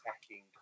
attacking